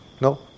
no